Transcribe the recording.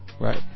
Right